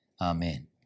amen